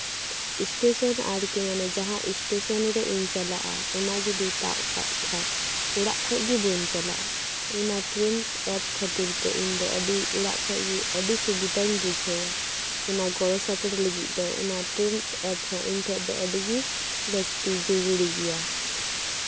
station ᱟᱨᱠᱤ ᱢᱟᱱᱮ ᱡᱟᱦᱟᱸ ᱥᱴᱮᱥᱚᱱ ᱨᱮ ᱤᱧᱤᱧ ᱪᱟᱞᱟᱜᱼᱟ ᱚᱱᱟ ᱡᱩᱫᱤ ᱛᱟᱵ ᱠᱟᱜ ᱠᱷᱟᱡ ᱚᱲᱟᱜ ᱠᱷᱚᱡ ᱜᱮ ᱵᱟᱹᱧ ᱪᱟᱞᱟᱜᱼᱟ ᱚᱱᱟ ᱴᱨᱮᱱᱥ ᱮᱯ ᱠᱷᱟᱹᱛᱤᱨ ᱛᱮ ᱤᱧ ᱫᱚ ᱟᱹᱰᱤ ᱚᱲᱟᱜ ᱠᱷᱚᱡ ᱜᱤ ᱟᱹᱰᱤ ᱥᱩᱵᱤᱫᱟᱧ ᱵᱩᱡᱷᱟᱹᱣᱟ ᱚᱱᱟ ᱜᱚᱲᱚ ᱥᱟᱯᱚᱴ ᱞᱟᱹᱜᱤᱫ ᱫᱚ ᱚᱱᱟ ᱴᱨᱮᱱᱥ ᱮᱯ ᱦᱚᱸ ᱤᱧ ᱴᱷᱮᱡ ᱫᱚ ᱟᱹᱰᱤ ᱜᱮ ᱡᱟᱨᱩᱲᱟᱱᱟᱜ ᱠᱟᱱᱟ ᱤᱧ ᱴᱷᱮᱡ ᱫᱚ ᱟ ᱰᱤ ᱜᱮ ᱞᱟᱹᱠᱛᱤ ᱡᱚᱨᱩᱨᱤ ᱜᱮᱭᱟ